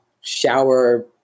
shower